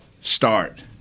start